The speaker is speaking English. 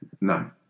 No